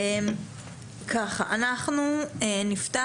אנחנו נפתח